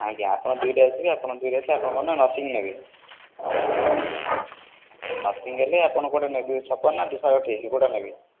ଆଜ୍ଞା ଆପଣ ଦୁଇରେ ଆସିବେ ଆପଣ ଦୁଇରେ ଆସିବେ ଆପଣ କଣ ନା ନଥିଙ୍ଗ ନେବେ ନଥିଙ୍ଗ ନେଲେ ଆପଣଙ୍କୁ କେଉଁଟା ନେବେ ଦୁଇଶହ ଛପନ ନା ଦୁଇଶହ ଅଠେଇଶି କେଉଁଟା ନେବେ